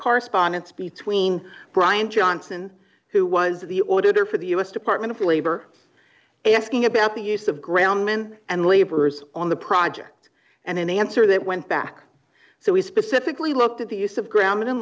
correspondence between brian johnson who was the auditor for the u s department of labor asking about the use of ground men and laborers on the project and in answer that went back so we specifically looked at the use of ground in